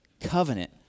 covenant